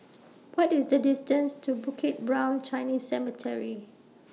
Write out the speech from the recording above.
What IS The distance to Bukit Brown Chinese Cemetery